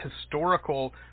historical